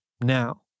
now